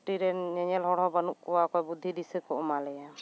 ᱜᱳᱥᱴᱤ ᱨᱮᱱ ᱧᱮᱧᱮᱞ ᱦᱚᱲ ᱦᱚᱸ ᱵᱟᱹᱱᱩᱜ ᱠᱚᱣᱟ ᱚᱠᱚᱭ ᱵᱩᱨᱫᱷᱤ ᱫᱤᱥᱟᱹ ᱠᱚ ᱮᱢᱟᱞᱮᱭᱟ